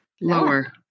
Lower